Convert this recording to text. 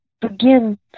begin